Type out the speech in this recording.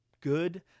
good